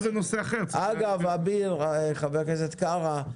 אגב, חבר הכנסת קארה,